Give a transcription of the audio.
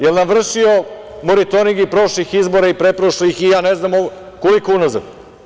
Jel nam vršio monitoring i prošlih izbora i pretprošlih i ja ne znam koliko unazad?